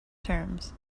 terms